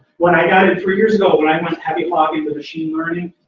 when i got in three years ago, when i went heavy clock-in with machine learning,